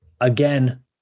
Again